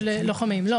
לא.